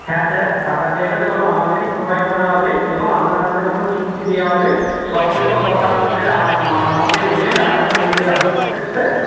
হ্যাঁ স্যার থাকার জায়গা সব আমাদেরই প্রোভাইড করা হবে এবং আপনার হাতে যখন টিকিটটি দেওয়া হবে সমস্ত কথা আপনাদের আমাদের এজেন্ট আপনাকে বলে দেওয়া হবে ঠিক আছে স্যার